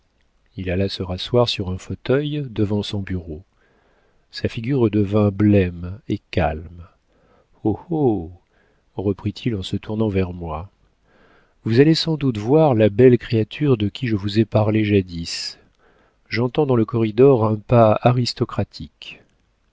il alla se rasseoir sur un fauteuil devant son bureau sa figure redevint blême et calme oh oh reprit-il en se tournant vers moi vous allez sans doute voir la belle créature de qui je vous ai parlé jadis j'entends dans le corridor un pas aristocratique